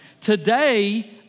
Today